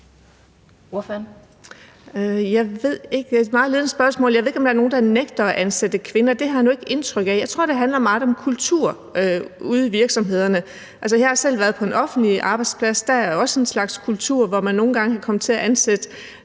Jeg ved ikke, om der er nogen, der nægter at ansætte kvinder, men jeg har ikke indtrykket af det. Jeg tror, det handler meget om kultur ude i virksomhederne. Jeg har selv været på en offentlig arbejdsplads, og der er også en slags kultur, hvor man nogle gange kan komme til at ansætte